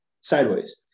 sideways